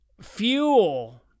Fuel